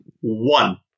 one